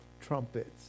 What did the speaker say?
trumpets